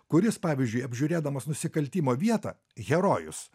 kuris pavyzdžiui apžiūrėdamas nusikaltimo vietą herojus